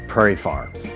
prairie farms.